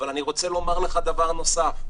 אבל אני רוצה לומר לך דבר נוסף.